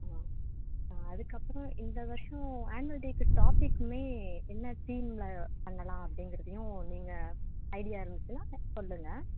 ஆ அதுக்கப்புறம் இந்த வருஷம் ஆன்வல் டேக்கு டாப்பிக்குமே என்ன தீமில் பண்ணலாம் அப்டிங்கிறதையும் நீங்கள் ஐடியா இருந்துச்சுன்னால் சொல்லுங்க